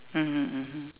mmhmm mmhmm